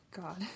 god